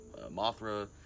Mothra